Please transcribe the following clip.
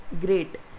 Great